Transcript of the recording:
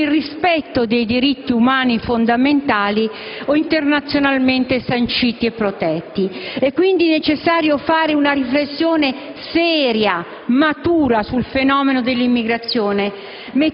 con il rispetto dei diritti umani fondamentali internazionalmente sanciti e protetti. È, quindi, necessario fare una riflessione seria e matura sul fenomeno dell'immigrazione,